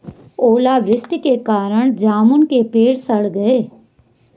ओला वृष्टि के कारण जामुन के पेड़ सड़ गए